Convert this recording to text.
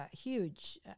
huge